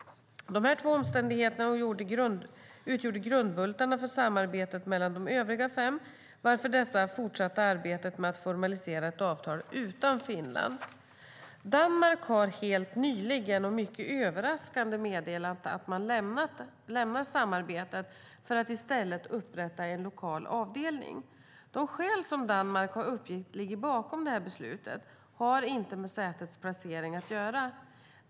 Dessa två omständigheter utgjorde grundbultarna för samarbetet mellan de övriga fem länderna, varför dessa fortsatte arbetet med att formalisera ett avtal utan Finland. Danmark har helt nyligen och mycket överraskande meddelat att man lämnar samarbetet för att i stället upprätta en lokal avdelning. De skäl som Danmark uppgett ligger bakom beslutet har inte med sätets placering att göra.